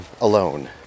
alone